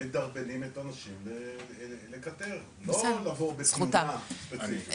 מדרבנים את האנשים לקטר, לא לבוא בתלונה ספציפית.